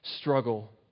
struggle